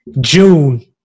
June